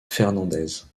fernández